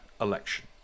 election